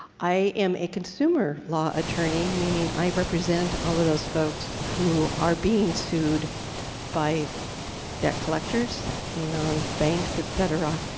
i am a consumer law attorney, meaning i represent all of those folks who are being sued by debt collectors and banks, et cetera.